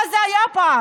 מה זה היה פעם?